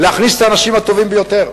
להכניס את האנשים הטובים ביותר,